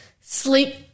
sleep